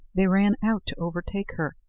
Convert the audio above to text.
they ran out to overtake her.